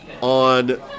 on